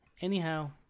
Anyhow